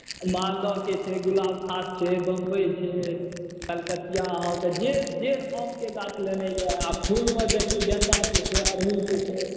मालदहके छै गुलाबखास छै बम्बइ छै कलकतिआ अहाँके जे जे आमके गाछ लेनाइ यए आ फूलमे देखियौ गेन्दाके छै अड़हुलके छै